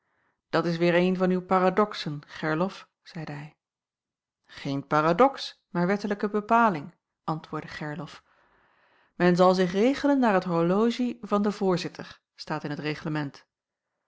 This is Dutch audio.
dat is weêr een van uw paradoxen gerlof zeide hij geen paradox maar wettelijke bepaling antwoordde gerlof men zal zich regelen naar het horologie van den voorzitter staat in het reglement